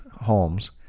Holmes